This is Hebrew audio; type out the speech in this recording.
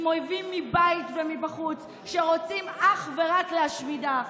עם אויבים מבית ומבחוץ שרוצים אך ורק להשמידה.